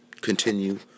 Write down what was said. continue